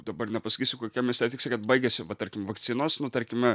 dabar nepasakysiu kokiam mieste tiksliai kad baigėsi va tarkim vakcinos nu tarkime